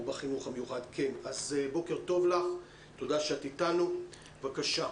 תודה שאת איתנו, בבקשה.